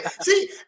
See